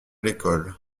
l’école